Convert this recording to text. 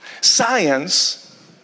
Science